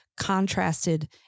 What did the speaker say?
contrasted